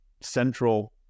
central